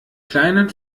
kleinen